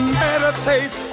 meditate